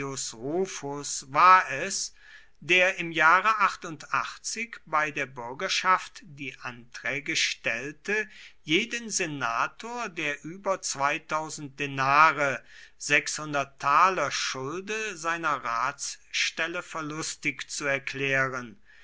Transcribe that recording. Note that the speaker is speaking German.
war es der im jahre bei der bürgerschaft die anträge stellte jeden senator der über denare schulde seiner ratsstelle verlustig zu erklären